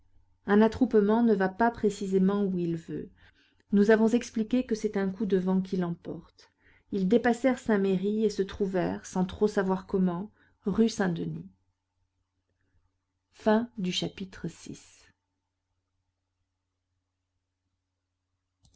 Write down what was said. un attroupement ne va pas précisément où il veut nous avons expliqué que c'est un coup de vent qui l'emporte ils dépassèrent saint-merry et se trouvèrent sans trop savoir comment rue saint-denis